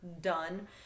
done